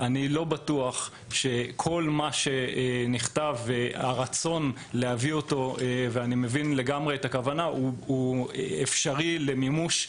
ואני לא בטוח שכל מה שרוצים להביא פה הוא באמת אפשרי למימוש.